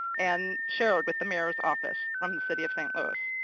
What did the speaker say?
and shared with the mayor's office from the city of st. louis.